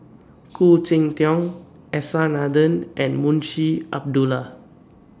Khoo Cheng Tiong S R Nathan and Munshi Abdullah